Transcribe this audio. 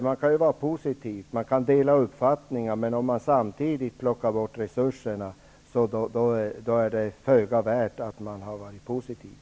Man kan vara positiv och ha samma uppfattning, men om resurserna plockas bort är det föga värt att man har varit positiv.